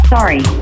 Sorry